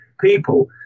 people